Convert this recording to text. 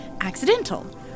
accidental